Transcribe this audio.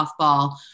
softball